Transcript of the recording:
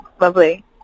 lovely